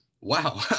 wow